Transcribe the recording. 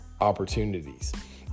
opportunities